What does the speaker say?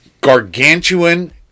gargantuan